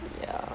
ya